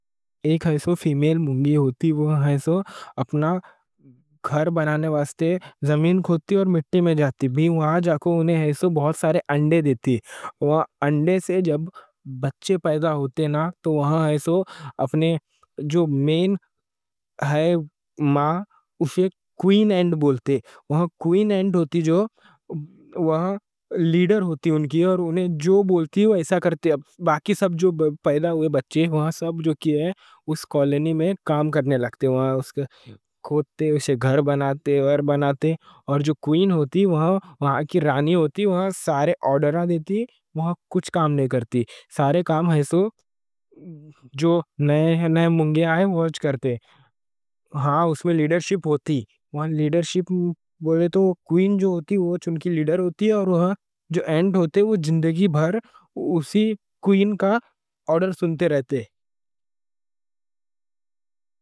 وہ ایسو اپنا گھر بنانے واسطے زمین کھودتی اور مٹی میں جاتی، وہاں جا کے ایسو بہت سارے انڈے دیتی۔ وہاں انڈوں سے جب بچے پیدا ہوتے نا تو وہاں ایسو اپنے جو مین ہے ما اسے کوئین اینٹ بولتے۔ وہاں کوئین اینٹ ہوتی جو وہاں لیڈر ہوتی ان کی اور انہیں جو بولتی وہ ایسا کرتے۔ باقی سب جو پیدا ہوئے بچے وہاں سب اس کالونی میں کام کرنے لگتے، وہاں کھودتے، گھر بناتے اور بناتے، اور جو کوئین ہوتی وہاں کی رانی ہوتی، وہاں سارے آرڈر دیتی، وہاں کچھ کام نہیں کرتی۔ سارے کام ایسو جو نئے نئے مونگے آئے وہاں کارتے۔ ہاں، اس میں لیڈرشپ ہوتی، لیڈرشپ بولے تو کوئین جو ہوتی چونکی لیڈر ہوتی۔ اور وہاں جو اینٹ ہوتے وہ زندگی بھر اسی لیڈرشپ کوئین کا آرڈر سنتے رہتے۔